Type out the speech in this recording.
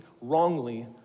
wrongly